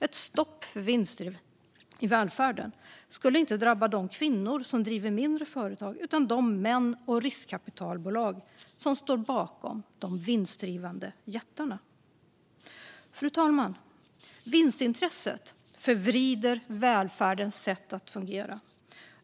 Ett stopp för vinster i välfärden skulle inte drabba de kvinnor som driver mindre företag utan de män och riskkapitalbolag som står bakom de vinstdrivande jättarna. Fru talman! Vinstintresset förvrider välfärdens sätt att fungera.